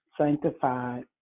sanctified